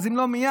אם לא מייד,